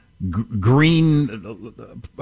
green